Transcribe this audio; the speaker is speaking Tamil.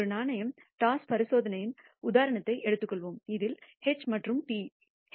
ஒரு நாணயம் டாஸ் பரிசோதனையின் உதாரணத்தை எடுத்துக்கொள்வோம் இதில் H மற்றும் T